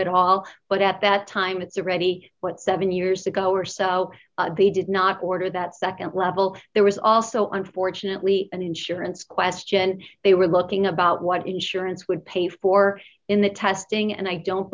at all but at that time it's already what seven years ago or so they did not order that nd level there was also unfortunately an insurance question they were looking about what insurance would pay for in the testing and i don't